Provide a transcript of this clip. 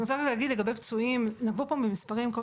אני רוצה להגיד לגבי פצועים לבוא לכאן בכל